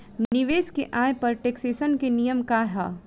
निवेश के आय पर टेक्सेशन के नियम का ह?